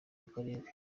karere